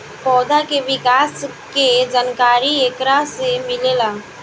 पौधा के विकास के जानकारी एकरा से मिलेला